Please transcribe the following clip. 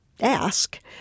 ask